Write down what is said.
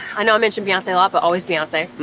i know i mention beyonce a lot, but always beyonce.